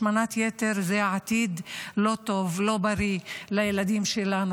השמנת יתר זה עתיד לא טוב, לא בריא לילדים שלנו.